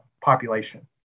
population